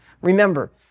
remember